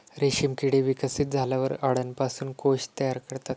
रेशीम किडे विकसित झाल्यावर अळ्यांपासून कोश तयार करतात